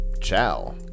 Ciao